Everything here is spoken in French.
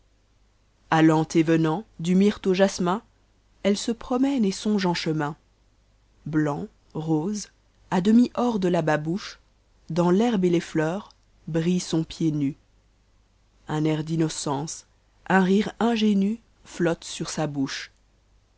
allant et venant du myrte au jasmin elle se promène et songe en chemin blanc rose à demi hors de la babottchc dans l'herbe et les meurs brille son pied no un air d'innocence un rire ingénu flotte sar sa bouche